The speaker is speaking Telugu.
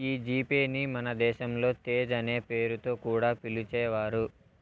ఈ జీ పే ని మన దేశంలో తేజ్ అనే పేరుతో కూడా పిలిచేవారు